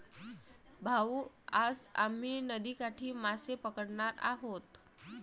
भाऊ, आज आम्ही नदीकाठी मासे पकडणार आहोत